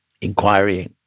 inquiry